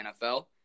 NFL